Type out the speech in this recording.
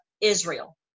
Israel